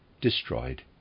destroyed